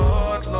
Lord